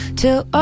till